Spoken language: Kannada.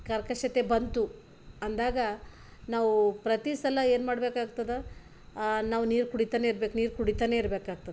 ಕರ್ಕಶತೆ ಬಂತು ಅಂದಾಗ ನಾವು ಪ್ರತಿ ಸಲ ಏನ್ಮಾಡ್ಬೇಕಾಗ್ತದೆ ನಾವು ನೀರು ಕುಡಿತ ಇರ್ಬೇಕು ನೀರು ಕುಡಿತ ಇರ್ಬೇಕಾಗ್ತದೆ